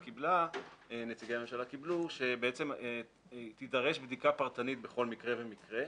הצענו ונציגי הממשלה קיבלו שתידרש בדיקה פרטנית בכל מקרה ומקרה.